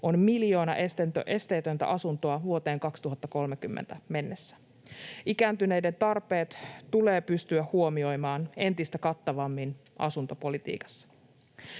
on miljoona esteetöntä asuntoa vuoteen 2030 mennessä. Ikääntyneiden tarpeet tulee pystyä huomioimaan entistä kattavammin asuntopolitiikassa.